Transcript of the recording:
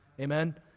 Amen